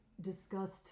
discussed